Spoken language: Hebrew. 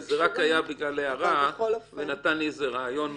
זה היה רק בגלל הערה ונתן לי רעיון נוסף.